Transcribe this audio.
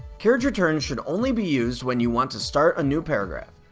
carriage returns should only be used when you want to start a new paragraph.